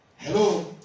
Hello